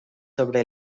sobre